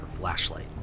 flashlight